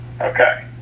Okay